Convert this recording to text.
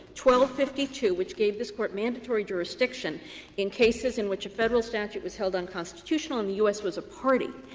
fifty two, which gave this court mandatory jurisdiction in cases in which a federal statute was held unconstitutional and the u s. was a party.